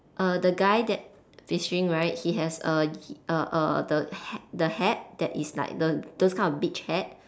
err the guy that fishing right he has err a a the hat the hat that is like the those kind of beach hat